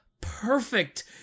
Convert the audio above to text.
perfect